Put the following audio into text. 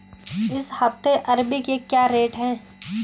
इस हफ्ते अरबी के क्या रेट हैं?